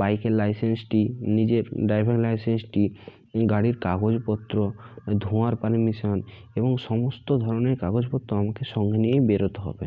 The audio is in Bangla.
বাইকের লাইসেন্সটি নিজের ড্রাইভিং লাইসেন্সটি গাড়ির কাগজপত্র ধোঁয়ার পারমিশন এবং সমস্ত ধরনের কাগজপত্র আমাকে সঙ্গে নিয়েই বেরোতে হবে